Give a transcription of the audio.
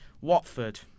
Watford